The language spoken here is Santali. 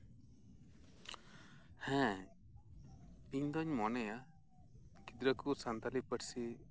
ᱦᱮᱸ ᱤᱧᱫᱩᱧ ᱢᱚᱱᱮᱭᱟ ᱜᱤᱫᱽᱨᱟᱹ ᱠᱚ ᱥᱟᱱᱛᱟᱞᱤ ᱯᱟᱹᱨᱥᱤ